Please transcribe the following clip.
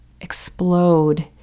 explode